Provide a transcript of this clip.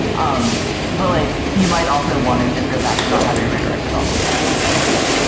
um but like you might also want to just go back to not having a redirect at all potentially, right?